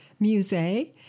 Musée